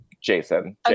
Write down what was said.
Jason